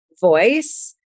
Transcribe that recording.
voice